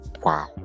wow